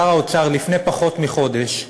שר האוצר לפני פחות מחודש,